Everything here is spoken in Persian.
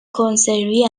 کنسروی